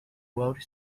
world